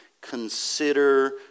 Consider